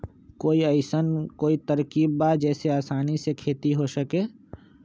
कोई अइसन कोई तरकीब बा जेसे आसानी से खेती हो सके?